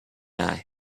eye